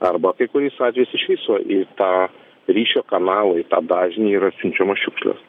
arba kai kuriais atvejais iš viso į tą ryšio kanalą į tą dažnį yra siunčiamos šiukšlės